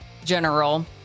General